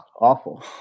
awful